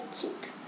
cute